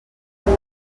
amb